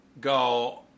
go